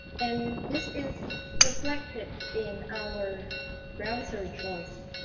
and this is reflected in our browser choice.